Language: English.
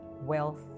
wealth